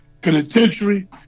Penitentiary